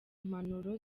impanuro